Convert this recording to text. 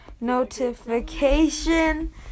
notification